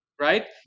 right